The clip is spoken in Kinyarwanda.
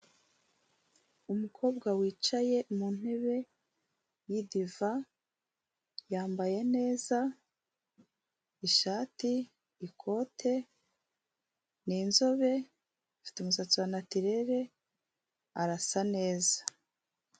Umukobwa wicaye mu ntebe y'idiva, yambaye neza ishati, ikote, ni inzobe, afite umusatsi wa natirere, arasa neza.